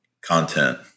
content